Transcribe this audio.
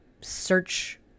search